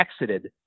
exited